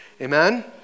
Amen